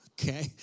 okay